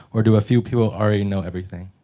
or do a few people already know everything?